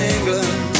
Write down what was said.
England